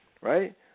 right